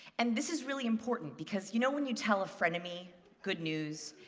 and this is really important because, you know, when you tell a frenemy good news,